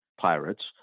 Pirates